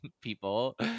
people